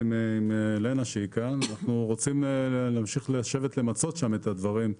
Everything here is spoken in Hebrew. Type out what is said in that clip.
אנחנו רוצים להמשיך לשבת ולמצות את הדברים.